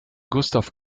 gustav